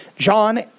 John